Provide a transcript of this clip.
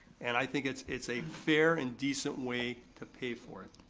and i think it's it's a fair and decent way to pay for it.